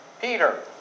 Peter